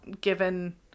given